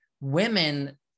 Women